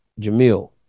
Jamil